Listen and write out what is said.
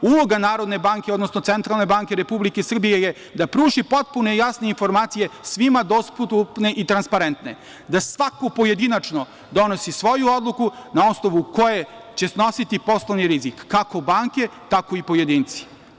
Uloga Narodne banke, odnosno Centralne banke Republike Srbije je da pruži potpune i jasne informacije svima dostupne i transparentne, da svako pojedinačno donosi svoju odluku na osnovu koje će snositi poslovni rizik, kako banke tako i pojedinci.